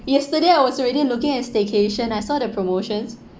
yesterday I was already looking at staycation I saw the promotions